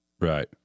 Right